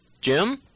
Jim